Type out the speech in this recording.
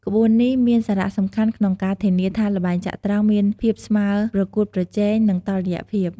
ក្បួននេះមានសារៈសំខាន់ក្នុងការធានាថាល្បែងចត្រង្គមានភាពស្មើរប្រកួតប្រជែង និងតុល្យភាព។